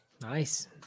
Nice